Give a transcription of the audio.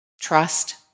trust